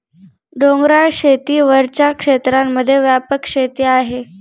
डोंगराळ शेती वरच्या क्षेत्रांमध्ये व्यापक शेती आहे